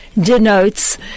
denotes